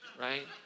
right